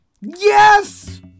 Yes